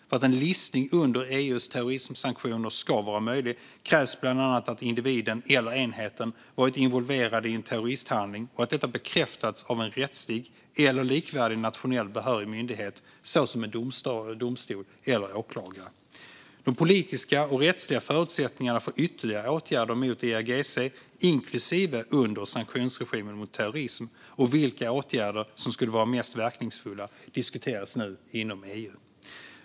För att en listning under EU:s terrorismsanktioner ska vara möjlig krävs bland annat att individen eller enheten varit involverad i en terroristhandling och att detta bekräftats av en rättslig eller likvärdig nationell behörig myndighet, såsom en domstol eller åklagare. De politiska och rättsliga förutsättningarna för ytterligare åtgärder mot IRGC, inklusive under sanktionsregimen mot terrorism, och vilka åtgärder som skulle vara mest verkningsfulla diskuteras nu inom EU.